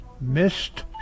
missed